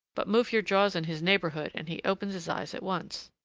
but move your jaws in his neighborhood, and he opens his eyes at once.